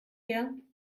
her